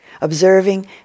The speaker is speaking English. observing